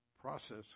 process